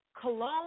Cologne